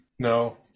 No